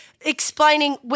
explaining